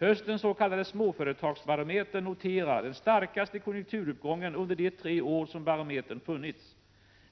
Höstens s.k. småföretagsbarometer noterar den starkaste konjunkturuppgången under de tre år som barometern funnits.